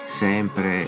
sempre